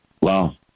Wow